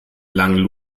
langen